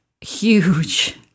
huge